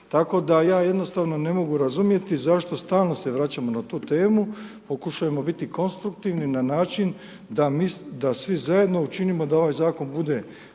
tako da ja jednostavno ne mogu razumjeti zašto stalno se vraćamo na tu temu, pokušajmo biti konstruktivni na način da svi zajedno učinimo da ovaj zakon bude